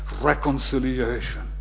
reconciliation